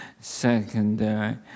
secondary